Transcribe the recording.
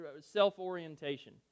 self-orientation